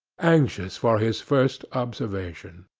anxious for his first observation.